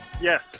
Yes